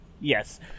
Yes